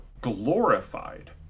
glorified